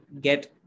get